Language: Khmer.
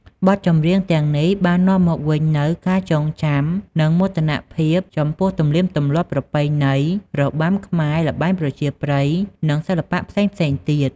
បទចម្រៀងទាំងនេះបាននាំមកវិញនូវការចងចាំ និងមោទនភាពចំពោះ ទំនៀមទម្លាប់ ប្រពៃណី របាំខ្មែរ ល្បែងប្រជាប្រិយ និងសិល្បៈផ្សេងៗទៀត។